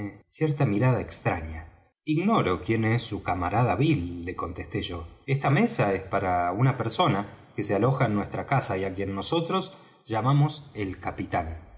cierta mirada extraña ignoro quien es su camarada bill le contesté yo esta mesa es para una persona que se aloja en nuestra casa y á quien nosotros llamamos el capitán